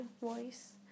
voice